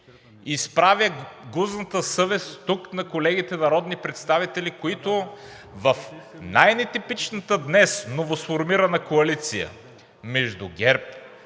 изправя гузната съвест тук на колегите народни представители, които в най-нетипичната днес новосформирана коалиция между ГЕРБ,